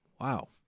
wow